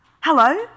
hello